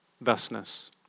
thusness